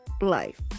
life